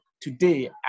today